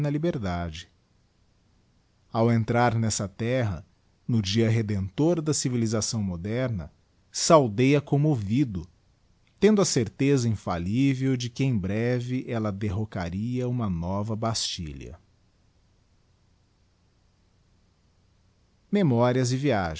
liberdade ao entrar nessa terra no dia redemptor da civilisação moderna saudei a commovido tendo a certeza infallivel de que em breve ella derrocaria uma nova bastilha memorias e viagens